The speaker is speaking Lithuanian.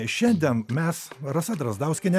šiandien mes rasa drazdauskienė